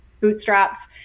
bootstraps